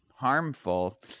harmful